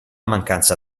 mancanza